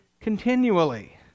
continually